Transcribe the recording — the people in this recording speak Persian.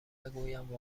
بگویم